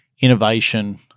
innovation